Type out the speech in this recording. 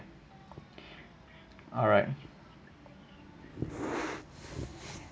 alright